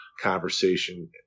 conversation